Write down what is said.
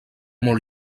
molt